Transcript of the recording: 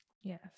Yes